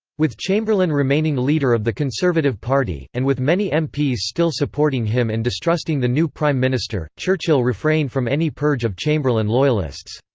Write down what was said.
with chamberlain remaining leader of the conservative party, and with many mps still supporting him and distrusting the new prime minister churchill refrained from any purge of chamberlain loyalists.